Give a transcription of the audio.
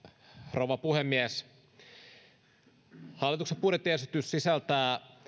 rouva puhemies hallituksen budjettiesitys sisältää